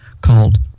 called